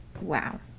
Wow